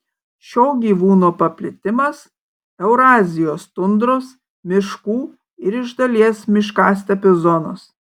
šio gyvūno paplitimas eurazijos tundros miškų ir iš dalies miškastepių zonos